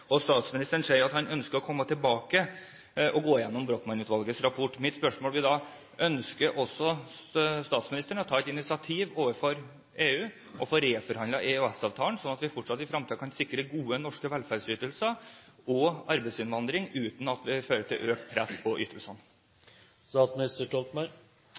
Statsministeren sier at han ønsker å komme tilbake og gå gjennom Brochmann-utvalgets rapport. Mitt spørsmål blir: Ønsker statsministeren å ta et initiativ overfor EU og få reforhandlet EØS-avtalen, slik at vi fortsatt i fremtiden kan sikre gode, norske velferdsytelser og arbeidsinnvandring uten at det fører til økt press på